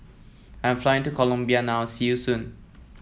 I'm flying to Colombia now see you soon